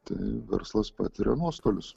tai verslas patiria nuostolius